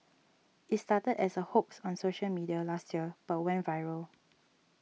it started as a hoax on social media last year but went viral